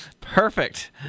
Perfect